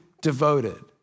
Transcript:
devoted